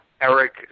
Eric